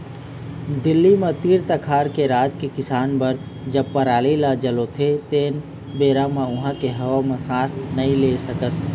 दिल्ली म तीर तखार के राज के किसान बर जब पराली ल जलोथे तेन बेरा म उहां के हवा म सांस नइ ले सकस